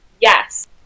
Yes